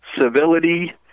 civility